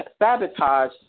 sabotage